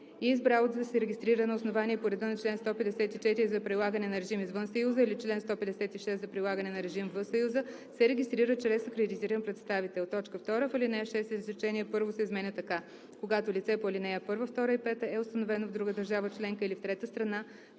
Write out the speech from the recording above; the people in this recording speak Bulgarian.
избрало да се регистрира на основание и по реда на чл. 154 за прилагане на режим извън Съюза или чл. 156 за прилагане на режим в Съюза, се регистрира чрез акредитиран представител.“ 2. В ал. 6 изречение първо се изменя така: „Когато лице по ал. 1, 2 и 5 е установено в друга държава членка или в трета страна,